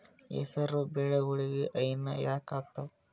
ಹೆಸರು ಬೆಳಿಗೋಳಿಗಿ ಹೆನ ಯಾಕ ಆಗ್ತಾವ?